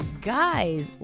guys